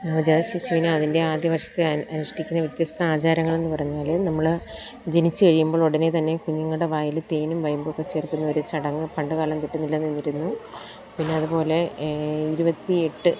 നവജാതശിശുവിനെ അതിൻ്റെ ആദ്യ വർഷത്തിൽ അനുഷ്ഠിക്കുന്ന വ്യത്യസ്ത ആചാരങ്ങളെന്ന് പറഞ്ഞാൽ നമ്മൾ ജനിച്ച് കഴിയുമ്പോൾ ഉടനെ തന്നെ കുഞ്ഞുങ്ങളുടെ വായിൽ തേനും വയമ്പും ഒക്കെ ചേർക്കുന്ന ഒരു ചടങ്ങ് പണ്ടുകാലം തൊട്ട് നിലനിന്നിരുന്നു പിന്നെ അതുപോലെ ഇരുപത്തി എട്ട്